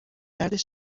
درد